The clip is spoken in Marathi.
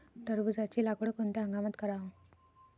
टरबूजाची लागवड कोनत्या हंगामात कराव?